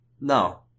No